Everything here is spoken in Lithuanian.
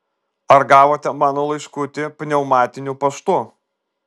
ar gavote mano laiškutį pneumatiniu paštu